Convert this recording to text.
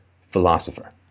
philosopher